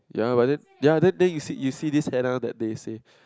ya but then ya then then you see you see this Hannah that they say